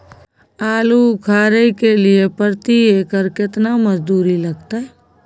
आलू उखारय के लिये प्रति एकर केतना मजदूरी लागते?